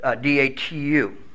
D-A-T-U